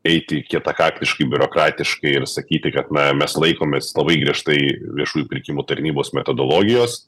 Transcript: eiti kietakaktiškai biurokratiškai ir sakyti kad na mes laikomės labai griežtai viešųjų pirkimų tarnybos metodologijos